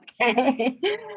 okay